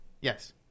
Yes